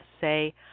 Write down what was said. Say